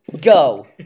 Go